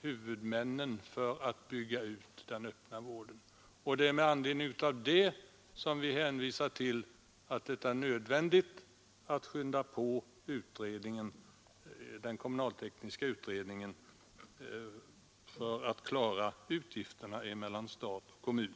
huvudmännen för att bygga ut den öppna vården. Och det är med anledning därav som vi hänvisar till att det är nödvändigt att skynda på den kommunaltekniska utredningen för att klara utgifternas fördelning mellan stat och kommun.